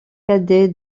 cadet